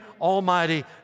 Almighty